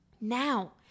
Now